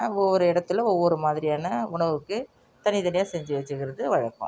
ஒவ்வொரு இடத்துல ஒவ்வொரு மாதிரியான உணவுக்கு தனித் தனியாக செஞ்சு வச்சுக்கிறது வழக்கம்